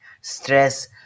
stress